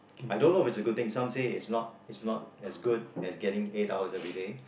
I don't know if it's a good thing some say it's not it's not as good as getting eight hours everyday